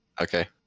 Okay